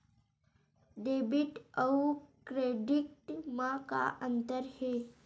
Debit अउ credit म का अंतर हे?